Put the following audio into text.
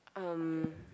um